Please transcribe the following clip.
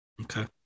Okay